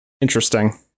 Interesting